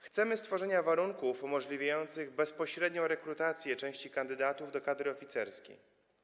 Chcemy stworzenia warunków umożliwiających bezpośrednią rekrutację części kandydatów do kadry oficerskiej.